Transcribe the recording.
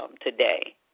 today